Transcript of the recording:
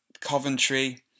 Coventry